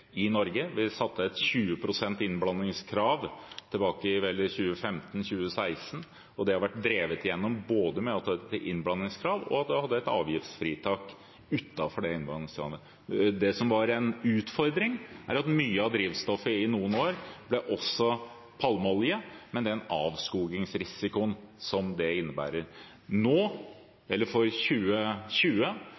Norge. Vi satte et innblandingskrav på 20 pst. tilbake i 2015/2016, og det har vært drevet gjennom både med at man hadde et innblandingskrav, og at man hadde et avgiftsfritak utenfor det innblandingskravet. Det som var en utfordring, var at i mye av drivstoffet ble det i noen år også brukt palmeolje – med den avskogingsrisikoen som det innebærer.